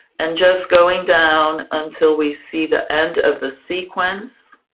and just going down until we see the end of the sequence,